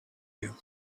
you